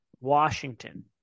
Washington